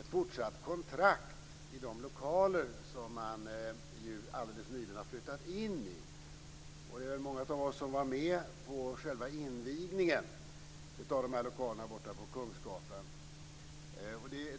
ett fortsatt kontrakt i de lokaler som man nyligen har flyttat in i. Många av oss var med på invigningen av lokalerna på Kungsgatan.